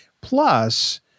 Plus